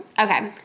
Okay